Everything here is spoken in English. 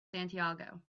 santiago